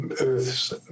Earth's